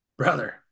Brother